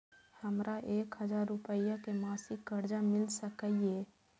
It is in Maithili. हमरा एक हजार रुपया के मासिक कर्जा मिल सकैये?